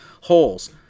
holes